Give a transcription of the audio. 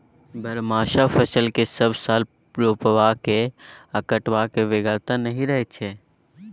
बरहमासा फसल केँ सब साल रोपबाक आ कटबाक बेगरता नहि रहै छै